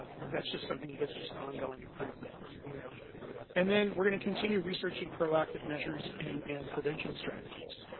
but that's just something that's just ongoing improvement. you know and then we're gonna continue researching proactive measures and and prevention strategies.